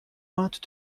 pointe